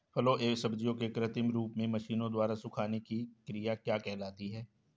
फलों एवं सब्जियों के कृत्रिम रूप से मशीनों द्वारा सुखाने की क्रिया क्या कहलाती है?